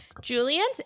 Julian's